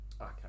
Okay